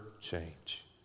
change